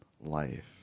life